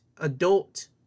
adult